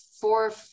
four